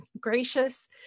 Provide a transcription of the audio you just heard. gracious